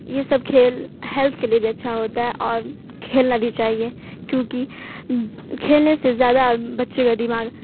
یہ سب کھیل ہیلتھ کے لیے بھی اچھا ہوتا ہے اور کھیلنا بھی چاہیے کیونکہ کھیلنے سے زیادہ بچے کا دماغ